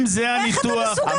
איך אתה מסוגל להגיד דבר כזה?